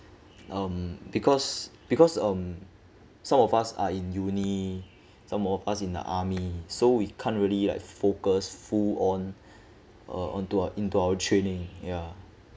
um because because um some of us are in uni some of us in the army so we can't really like focus full on uh onto uh into our training ya